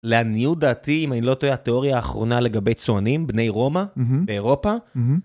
לעניות דעתי אם אני לא טועה התיאוריה האחרונה לגבי צוענים בני רומא באירופה